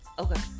okay